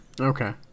Okay